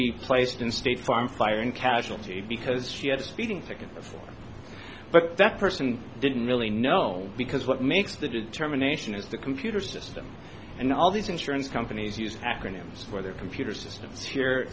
be placed and they farm fire in casualty because she had a speeding ticket but that person didn't really know because what makes the determination is the computer system and all these insurance companies use acronyms for their computer systems here